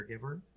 caregiver